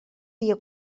dia